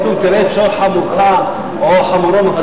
כתוב: תראה את שור רעך או חמורו נופל,